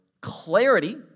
clarity